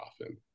often